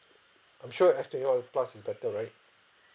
I'm sure S twenty one plus is better right